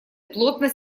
плотно